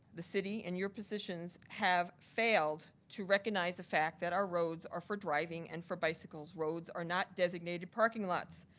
the city in your positions have failed to recognize the fact that our roads are for driving and for bicycles. roads are not designated parking lots.